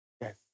Yes